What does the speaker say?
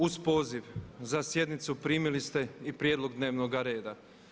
Uz poziv za sjednicu primili ste i prijedlog dnevnoga reda.